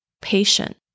Patient